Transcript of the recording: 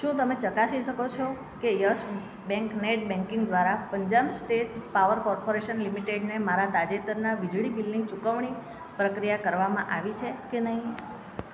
શું તમે ચકાસી શકો છો કે યસ બેંક નેટ બેંકિંગ દ્વારા પંજાબ સ્ટેટ પાવર કોર્પોરેશન લિમિટેડને મારા તાજેતરના વીજળી બિલની ચુકવણી પ્રક્રિયા કરવામાં આવી છે કે નહીં